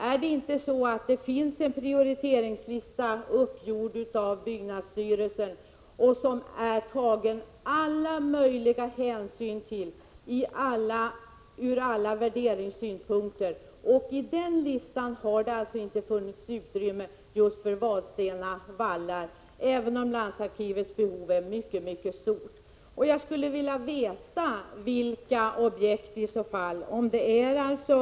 Är det inte så att det finns en prioriteringslista som är uppgjord av byggnadsstyrelsen och som man har tagit alla möjliga hänsyn till ur olika värderingssynpunkter? I den listan har det inte funnits utrymme just för Vadstena vallar, även om landsarkivets behov är mycket stort. Jag skulle vilja veta vilka objekt som skall stå tillbaka.